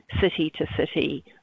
city-to-city